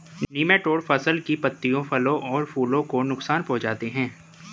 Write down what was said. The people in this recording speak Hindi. निमैटोड फसल की पत्तियों फलों और फूलों को नुकसान पहुंचाते हैं